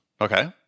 Okay